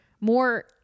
more